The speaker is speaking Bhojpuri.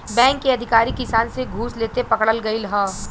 बैंक के अधिकारी किसान से घूस लेते पकड़ल गइल ह